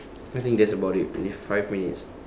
I think that's about it only five minutes